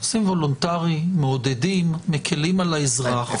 עושים וולונטרי, מעודדים, מקילים על האזרח.